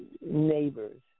neighbors